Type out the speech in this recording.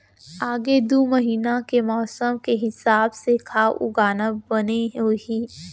आगे दू महीना के मौसम के हिसाब से का उगाना बने होही?